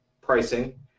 pricing